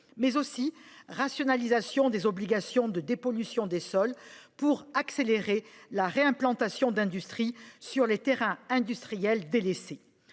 pense aussi à la rationalisation des obligations de dépollution des sols, pour accélérer la réimplantation d’industries sur les terrains industriels délaissés.